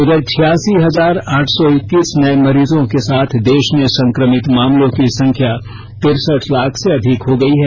उधर छियासी हजार आठ सौ इक्कीस नये मरीजों के साथ देश में संक्रमित मामलों की संख्या तिरसठ लाख से अधिक हो गई है